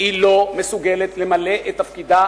והיא לא מסוגלת למלא את תפקידה